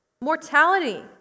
mortality